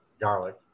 garlic